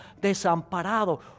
desamparado